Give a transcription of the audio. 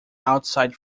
outside